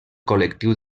col·lectiu